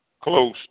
close